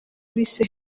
bise